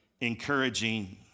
encouraging